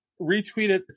retweeted